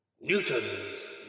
Newton's